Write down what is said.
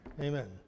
Amen